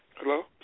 Hello